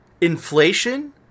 Inflation